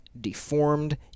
deformed